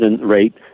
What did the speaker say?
rate